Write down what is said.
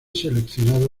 seleccionado